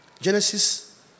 Genesis